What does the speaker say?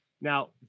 Now